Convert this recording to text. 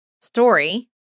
story